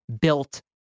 built